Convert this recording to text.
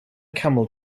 camel